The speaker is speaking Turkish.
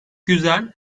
güzel